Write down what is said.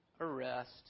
arrest